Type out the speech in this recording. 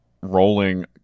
rolling